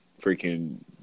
freaking